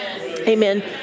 Amen